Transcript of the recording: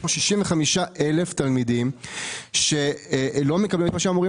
יש פה 65,000 תלמידים שלא מקבלים את מה שאמורים